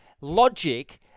logic